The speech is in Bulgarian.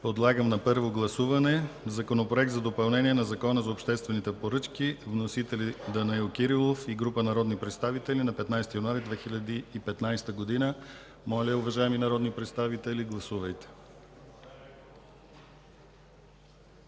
Подлагам на първо гласуване Законопроекта за допълнение на Закона за обществените поръчки с вносители Данаил Кирилов и група народни представители на 15 януари 2015 г. Уважаеми народни представители, моля, гласувайте.